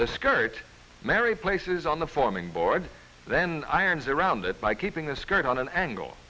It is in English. the skirt mary places on the forming board then irons around it by keeping the skirt on an angle